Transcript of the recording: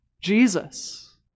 Jesus